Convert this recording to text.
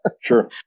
Sure